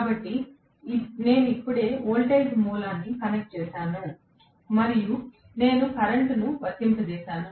కాబట్టి నేను ఇప్పుడే వోల్టేజ్ మూలాన్ని కనెక్ట్ చేసాను మరియు నేను కరెంట్ను వర్తింపజేసాను